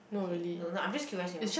okay no no I'm just curious you know